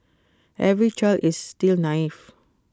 every child is still naive